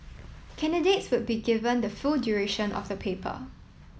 candidates would be given the full duration of the paper